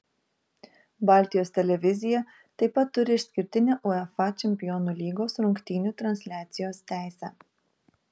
baltijos televizija taip pat turi išskirtinę uefa čempionų lygos rungtynių transliacijos teisę